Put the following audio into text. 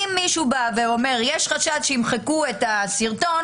אם מישהו בא ואומר: יש חשד שימחקו את הסרטון,